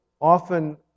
often